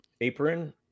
apron